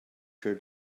sure